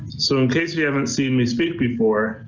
so in case you haven't seen me speak before,